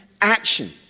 action